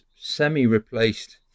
semi-replaced